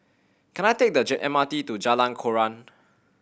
can I take the J M R T to Jalan Koran